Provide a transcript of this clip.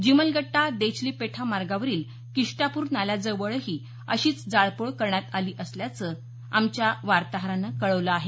जिमलगट्टा देचलीपेठा मार्गावरील किष्टापूर नाल्याजवळही अशीच जाळपोळ करण्यात आली असल्याचं आमच्या वार्ताहरानं कळवलं आहे